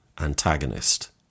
antagonist